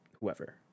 whoever